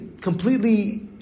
completely